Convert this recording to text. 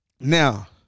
Now